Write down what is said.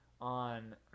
on